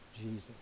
Jesus